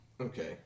Okay